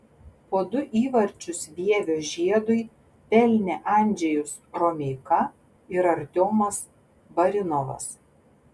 po du įvarčius vievio žiedui pelnė andžejus romeika ir artiomas barinovas